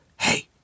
Hey